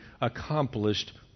accomplished